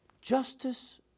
justice